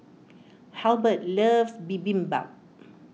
Halbert loves Bibimbap